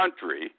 country